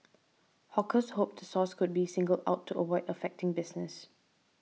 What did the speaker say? hawkers hoped the source could be singled out to avoid affecting business